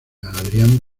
adrián